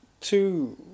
two